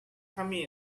come